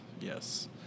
yes